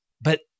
but-